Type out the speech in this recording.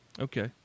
okay